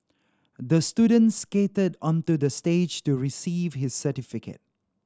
the student skated onto the stage to receive his certificate